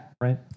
right